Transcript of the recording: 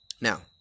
Now